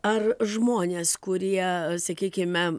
ar žmonės kurie sakykime